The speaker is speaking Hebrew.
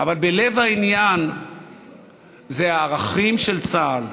אבל בלב העניין זה הערכים של צה"ל,